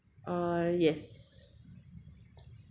uh yes